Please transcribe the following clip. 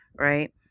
right